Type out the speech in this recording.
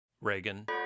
Reagan